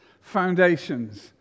foundations